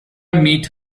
meet